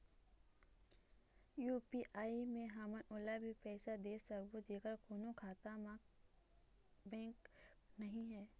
UPI मे हमन ओला भी पैसा दे सकबो जेकर कोन्हो बैंक म खाता नई हे?